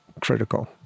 critical